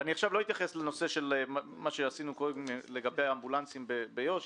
לא אתייחס עכשיו אל מה שעשינו קודם לגבי האמבולנסים ביו"ש.